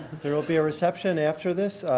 there will be a reception after this,